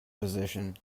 position